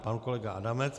Pan kolega Adamec.